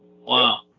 Wow